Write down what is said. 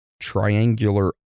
triangular